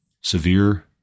severe